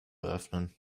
eröffnen